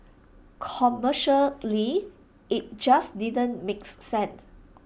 commercially IT just didn't makes sense